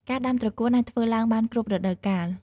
ការដាំត្រកួនអាចធ្វើឡើងបានគ្រប់រដូវកាល។